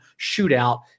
shootout